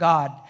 God